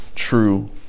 true